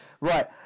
Right